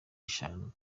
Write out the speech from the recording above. eshanu